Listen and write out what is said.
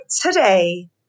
today